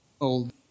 old